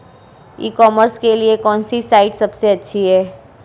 ई commerce के लिए कौनसी साइट सबसे अच्छी है?